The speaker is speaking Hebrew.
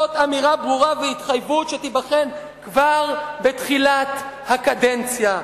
"זאת אמירה ברורה והתחייבות שתיבחן כבר בתחילת הקדנציה."